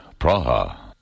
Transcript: Praha